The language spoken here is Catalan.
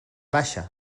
baixa